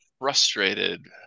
frustrated